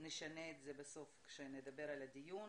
נשנה בסוף כשנדבר בדיון.